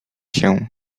się